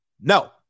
No